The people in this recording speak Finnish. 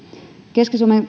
keski suomen